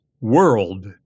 world